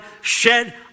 shed